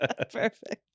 Perfect